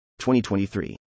2023